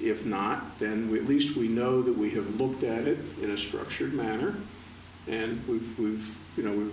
if not then we least we know that we have looked at it in a structured manner and we've we've you know we